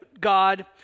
God